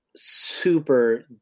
super